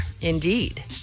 indeed